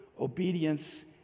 obedience